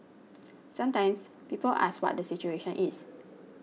sometimes people ask what the situation is